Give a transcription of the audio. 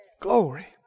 glory